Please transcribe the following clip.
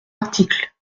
article